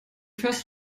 fährst